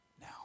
Now